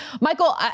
Michael